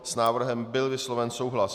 S návrhem byl vysloven souhlas.